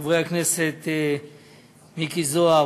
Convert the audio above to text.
חברי הכנסת מיקי זוהר,